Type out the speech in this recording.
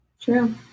True